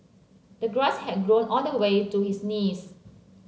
the grass had grown all the way to his knees